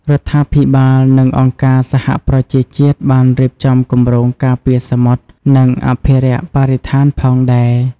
រដ្ឋាភិបាល និងអង្គការសហប្រជាជាតិបានរៀបចំគម្រោងការពារសមុទ្រ និងអភិរក្សបរិស្ថានផងដែរ។